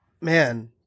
man